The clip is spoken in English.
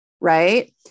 Right